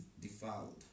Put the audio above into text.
defiled